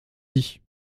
dit